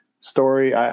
story